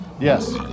Yes